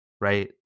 right